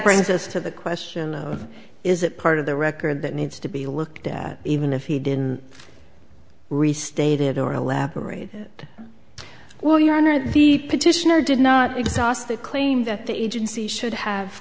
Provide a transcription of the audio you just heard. brings us to the question of is it part of the record that needs to be looked at even if he didn't restated or elaborated well your honor the petitioner did not exhaust the claim that the agency should have